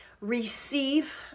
receive